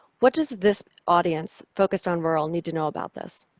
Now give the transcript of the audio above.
what does this audience focused on rural need to know about this?